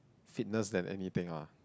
fitness than anything lah